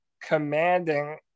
commanding